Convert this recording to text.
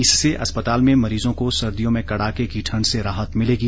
इससे अस्पताल में मरीजों को सर्दियों में कड़ाके की ठण्ड से राहत मिलेगी